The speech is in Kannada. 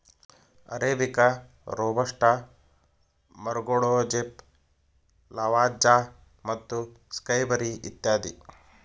ಅರೇಬಿಕಾ, ರೋಬಸ್ಟಾ, ಮರಗೋಡಜೇಪ್, ಲವಾಜ್ಜಾ ಮತ್ತು ಸ್ಕೈಬರಿ ಇತ್ಯಾದಿ